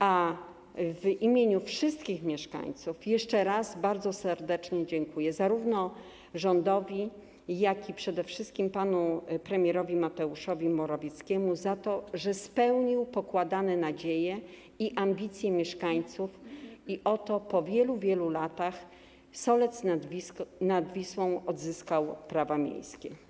A w imieniu wszystkich mieszkańców jeszcze raz bardzo serdecznie dziękuję zarówno rządowi, jak i przede wszystkim panu premierowi Mateuszowi Morawieckiemu za to, że spełnił pokładane nadzieje i ambicje mieszkańców i oto po wielu, wielu latach Solec nad Wisłą odzyskał prawa miejskie.